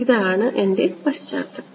ഇതാണ് എന്റെ പശ്ചാത്തലം